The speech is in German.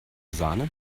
sahne